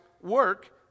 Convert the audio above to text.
work